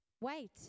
Wait